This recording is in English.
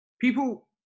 People